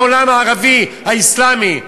העולם הערבי האסלאמי.